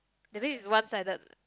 that thing is one sided